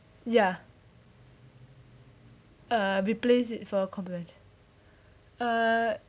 ya uh replace it for a complimentary uh